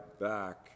back